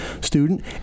student